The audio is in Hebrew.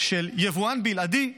של יבואן בלעדי,